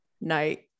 night